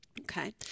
Okay